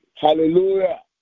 Hallelujah